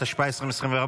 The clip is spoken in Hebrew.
התשפ"ה 2024,